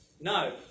No